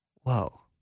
whoa